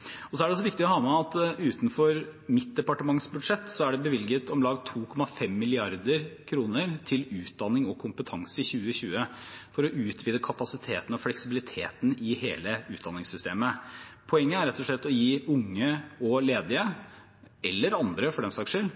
Det er også viktig å ha med at utenfor mitt departements budsjett er det bevilget om lag 2,5 mrd. kr til utdanning og kompetanse i 2020 for å utvide kapasiteten og fleksibiliteten i hele utdanningssystemet. Poenget er rett og slett å gi unge og ledige, eller andre for den saks skyld,